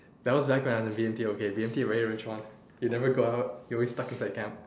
that was like when I was in B_M_T okay B_M_T very very rich [one] you never go out you always stuck inside camp